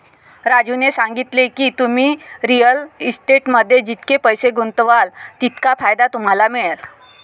राजूने सांगितले की, तुम्ही रिअल इस्टेटमध्ये जितके पैसे गुंतवाल तितका फायदा तुम्हाला मिळेल